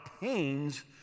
pains